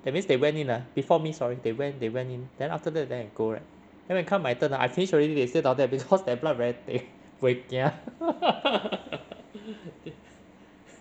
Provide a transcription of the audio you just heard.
that means they went in ah before me sorry they went they went in then after that then I go right then when come to my turn I finished already they still down there because their blood very thick buay kia